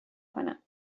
کنم